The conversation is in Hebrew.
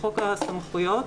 "חוק הסמכויות",